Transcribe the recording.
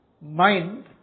mind